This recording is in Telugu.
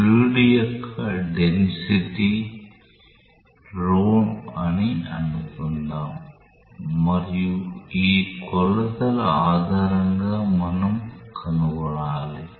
ఫ్లూయిడ్ యొక్క డెన్సిటీ rho అని అనుకుందాం మరియు ఈ కొలతలు ఆధారంగా మనం కనుగొనాలి